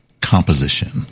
composition